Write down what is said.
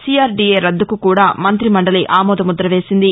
CRDA రద్దుకు కూడా మంఁతిమండలి ఆమోదముద్ర వేసింది